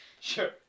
Sure